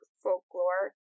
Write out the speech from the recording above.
folklore